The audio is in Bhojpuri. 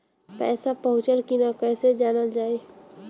पैसा पहुचल की न कैसे जानल जाइ?